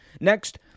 Next